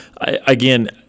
again